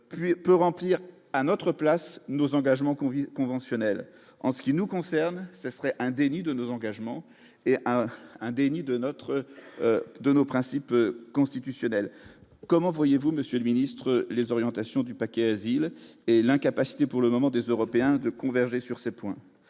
peut remplir à notre place, nos engagements convives conventionnel, en ce qui nous concerne, ça serait un déni de nos engagements et à un déni de notre de nos principes constitutionnels, comment voyez-vous, Monsieur le ministre, les orientations du paquet asile et l'incapacité pour le moment des Européens de converger sur ce point,